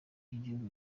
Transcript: cy’igihugu